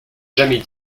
jamais